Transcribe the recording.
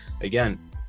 Again